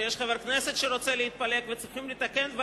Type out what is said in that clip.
כשיש חבר כנסת שרוצה להתפלג וצריכים לתקן,